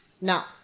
Now